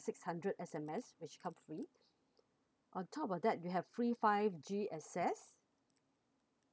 six hundred S_M_S which come free on top of that we have free five G access